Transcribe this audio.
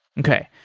okay.